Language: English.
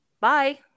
bye